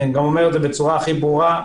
ואני אומר בצורה הכי ברורה,